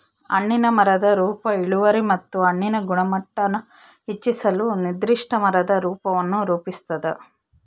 ಹಣ್ಣಿನ ಮರದ ರೂಪ ಇಳುವರಿ ಮತ್ತು ಹಣ್ಣಿನ ಗುಣಮಟ್ಟಾನ ಹೆಚ್ಚಿಸಲು ನಿರ್ದಿಷ್ಟ ಮರದ ರೂಪವನ್ನು ರೂಪಿಸ್ತದ